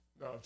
No